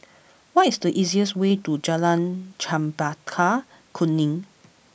what is the easiest way to Jalan Chempaka Kuning